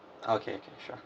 okay sure